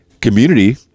community